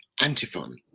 antiphon